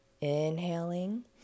Inhaling